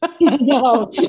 No